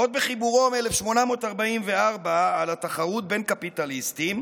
עוד בחיבורו מ-1844 על התחרות בין קפיטליסטים,